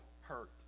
hurt